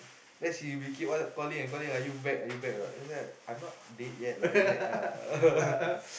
then she became all calling and calling are you back are you back or not then it's like I'm not dead yet lah rilek ah